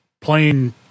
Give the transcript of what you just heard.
plain